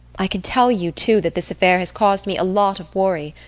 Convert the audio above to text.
i can tell you, too, that this affair has caused me a lot of worry.